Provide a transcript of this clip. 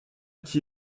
qui